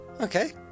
Okay